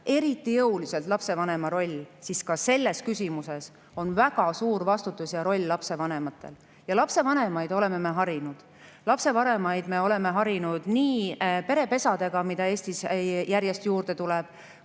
eriti jõuliselt lapsevanema roll, siis on ka selles küsimuses väga suur vastutus ja roll lapsevanematel. Ja lapsevanemaid oleme me harinud. Lapsevanemaid me oleme harinud nii perepesadega, mida Eestis järjest juurde tuleb,